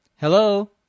Hello